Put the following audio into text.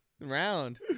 round